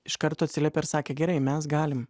iš karto atsiliepė ir sakė gerai mes galim